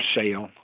sale